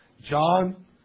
John